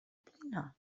blino